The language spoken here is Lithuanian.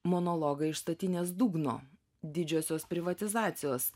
monologą iš statinės dugno didžiosios privatizacijos